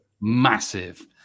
Massive